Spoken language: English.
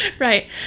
Right